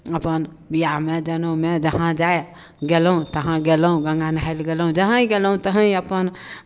अपन ब्याहमे जनेउमे जहाँ जाइ गेलहुँ तहाँ गेलहुँ गङ्गा नहाय लए गयलहुँ जहीँ गेल तहीँ अपन